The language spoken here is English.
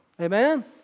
Amen